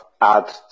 add